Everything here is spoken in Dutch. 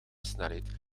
snelheid